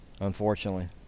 unfortunately